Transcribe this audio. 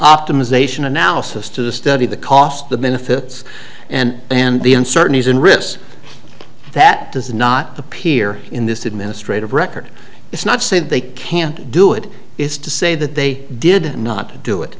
optimization analysis to study the cost the benefits and and the uncertainties and risks that does not appear in this administrative record it's not said they can't do it is to say that they did not do it